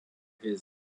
his